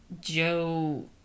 Joe